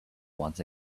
once